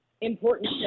important